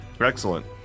Excellent